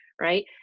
right